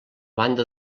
banda